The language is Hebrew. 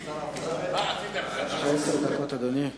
יש לך עשר דקות, אדוני.